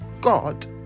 god